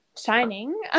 shining